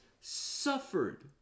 suffered